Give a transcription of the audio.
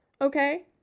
Okay